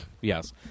Yes